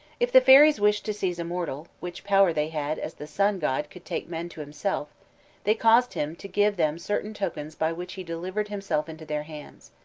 if the fairies wished to seize a mortal which power they had as the sun-god could take men to himself they caused him to give them certain tokens by which he delivered himself into their hands.